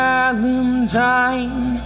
Valentine